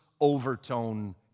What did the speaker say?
overtone